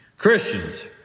Christians